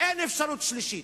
אין אפשרות שלישית.